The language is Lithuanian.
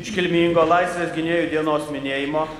iškilmingo laisvės gynėjų dienos minėjimo